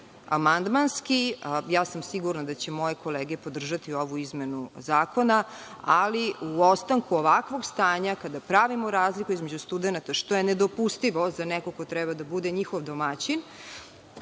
amandmanski, sigurna sam da će moje kolege podržati ovu izmenu zakona, ali u o stanku ovakvog stanja kada pravimo razliku između studenata, što je nedopustivo za nekog ko treba da bude njihov domaćin